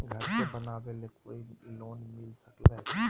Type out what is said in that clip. घर बनावे ले कोई लोनमिल सकले है?